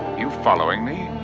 you following me?